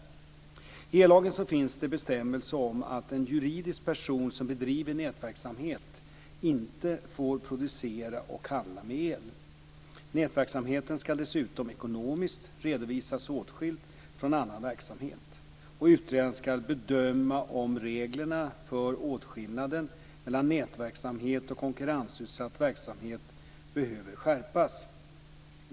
I ellagen finns det bestämmelser om att en juridisk person som bedriver nätverksamhet inte får producera och handla med el. Nätverksamheten ska dessutom ekonomiskt redovisas åtskild från annan verksamhet. Utredaren ska bedöma om reglerna för åtskillnaden mellan nätverksamhet och konkurrensutsatt verksamhet behöver skärpas.